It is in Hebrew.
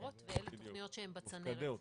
שמאושרות ואלה תכניות שהן בצנרת.